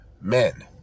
men